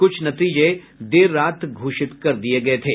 कुछ नतीजे देर रात घोषित कर दिये गये हैं